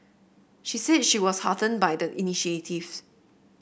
she said she was heartened by the initiatives